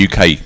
UK